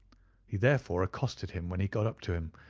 he therefore accosted him when he got up to him,